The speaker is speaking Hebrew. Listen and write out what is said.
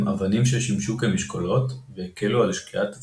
אבנים ששימשו כמשקולות והקלו על שקיעת הצולל.